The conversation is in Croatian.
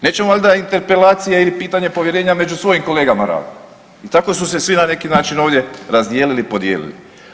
Nećemo valja interpelacije ili pitanje povjerenja među svojim kolegama raditi i tako su se svi na neki način ovdje razdijelili i podijelili.